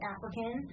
African